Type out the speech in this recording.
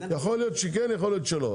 יכול להיות שכן, יכול להיות שלא.